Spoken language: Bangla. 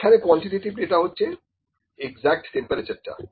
এখানে কোয়ান্টিটেটিভ ডাটা হচ্ছে একজ্যাক্ট টেম্পারেচার টা